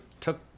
took